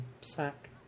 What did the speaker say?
sack